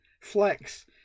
flex